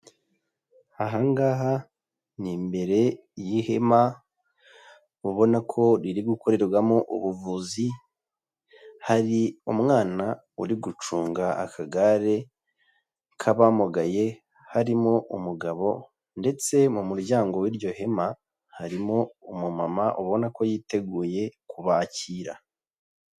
Aha ngaha ni imbere y'ihema ubona ko riri gukorerwamo ubuvuzi, hari umwana uri gucunga akagare k'abamugaye, harimo umugabo ndetse mu muryango w'iryo hema, harimo umumama ubona ko yiteguye kubakira.